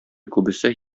күбесе